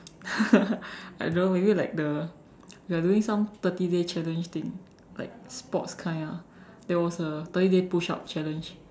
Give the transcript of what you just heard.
I don't know maybe like the we are doing some thirty day challenge thing like sports kind ah there was a thirty day push up challenge